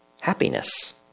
happiness